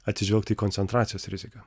atsižvelgti į koncentracijos riziką